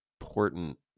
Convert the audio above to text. important